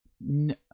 No